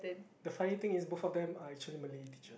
the funny thing is both of them are actually Malay teachers